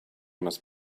must